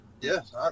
Yes